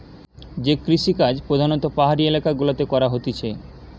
যে কৃষিকাজ প্রধাণত পাহাড়ি এলাকা গুলাতে করা হতিছে